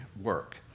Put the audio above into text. work